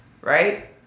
Right